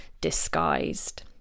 disguised